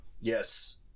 Yes